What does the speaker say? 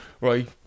right